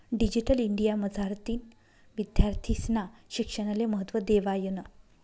digital India मझारतीन विद्यार्थीस्ना शिक्षणले महत्त्व देवायनं